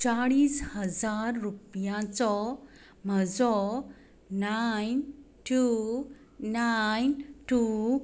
चाळीस हजार रुपयाचो म्हजो नायन टू नायन टू